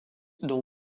dont